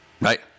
right